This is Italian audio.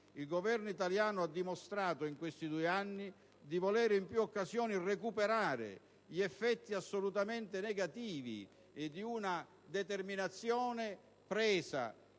Il Governo italiano ha dimostrato in questi due anni di volere in più occasioni recuperare gli effetti assolutamente negativi di una determinazione presa